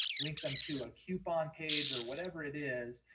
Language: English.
link them to a coupon page or whatever it is,